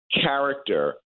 character